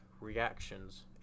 reactions